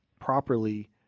properly